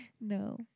No